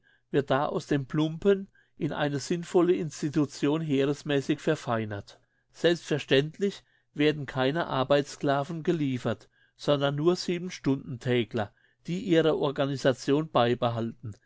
wird da aus dem plumpen in eine sinnvolle institution heeresmässig verfeinert selbstverständlich werden keine arbeitssclaven geliefert sondern nur siebenstundentägler die ihre organisation beibehalten